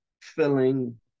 filling